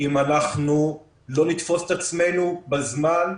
אם אנחנו לא נתפוס את עצמנו בזמן מאוד,